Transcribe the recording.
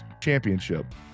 championship